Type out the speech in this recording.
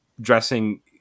dressing